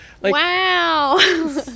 Wow